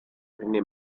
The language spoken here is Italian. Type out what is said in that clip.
rené